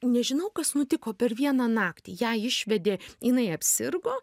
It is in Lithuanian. nežinau kas nutiko per vieną naktį ją išvedė jinai apsirgo